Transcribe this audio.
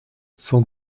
cent